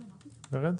ורד.